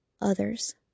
others